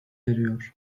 yarıyor